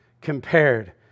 compared